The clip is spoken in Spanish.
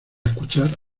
escuchar